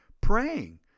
praying